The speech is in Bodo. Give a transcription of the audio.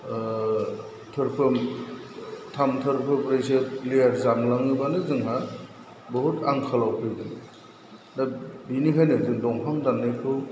ओह थामथोरसो लेयार जामलांयोबानो जोंहा बहुथ आंखालाव फैगोन दा बिनिखायनो जों दंफां दाननायखौ